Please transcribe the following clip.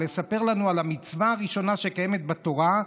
לספר לנו על המצווה הראשונה שקיימת בתורה,